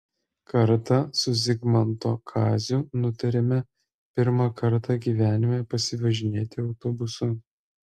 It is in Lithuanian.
kartą su zigmanto kaziu nutarėme pirmą kartą gyvenime pasivažinėti autobusu